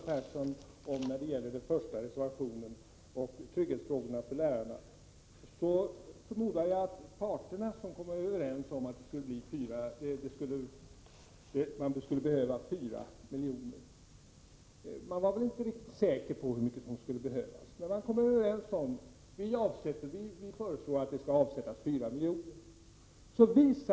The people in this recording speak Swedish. Herr talman! Jag måste bara påminna Gustav Persson om den första reservationen och trygghetsfonderna för lärarna. Parterna var väl inte riktigt säkra på hur mycket som skulle behövas, men de kom överens om att föreslå att 4 miljoner skulle avsättas.